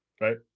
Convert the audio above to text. right